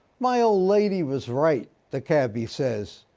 my old lady was right, the cabbie says.